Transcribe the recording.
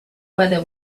whether